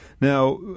Now